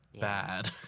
bad